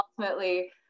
Ultimately